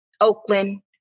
Oakland